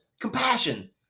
Compassion